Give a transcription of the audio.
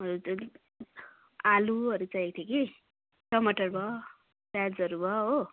आलुहरू चाहिएको थियो कि टमाटर भयो प्याजहरू भयो हो